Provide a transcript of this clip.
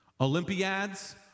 Olympiads